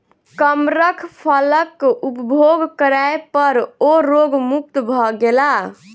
कमरख फलक उपभोग करै पर ओ रोग मुक्त भ गेला